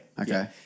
Okay